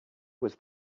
was